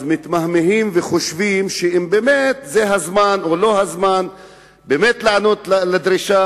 אז מתמהמהים וחושבים אם באמת זה הזמן או לא הזמן לענות לדרישה